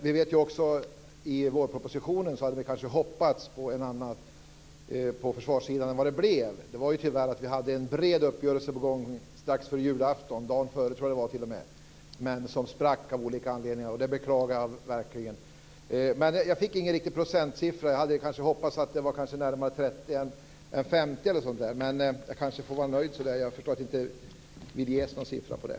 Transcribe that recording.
Vi hade hoppats på något annat i vårpropositionen när det gäller försvarssidan än det som blev. Vi hade ju en bred uppgörelse på gång strax före julafton; jag tror t.o.m. att det var dagen före. Den sprack tyvärr av olika anledningar. Det beklagar jag verkligen. Jag fick inget riktigt besked om procentsiffran. Jag hade hoppats att det skulle ligga närmare 30 % än 50 %. Men jag får kanske nöja mig med det här. Jag förstår att ni kanske inte vill ge någon siffra på det.